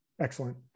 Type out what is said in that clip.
excellent